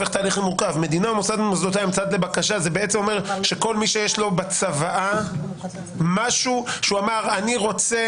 בעצם נוסח שאומר שכל מי שאומר בצוואה משהו כמו "אני רוצה